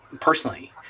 personally